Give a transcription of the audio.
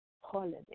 holiday